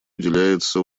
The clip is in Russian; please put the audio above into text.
уделяется